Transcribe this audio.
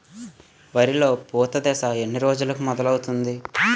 వరిలో పూత దశ ఎన్ని రోజులకు మొదలవుతుంది?